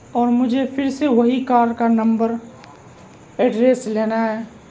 اور مجھے پھر سے وہی کار کا نمبر ایڈریس لینا ہے